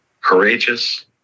courageous